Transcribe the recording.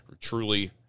truly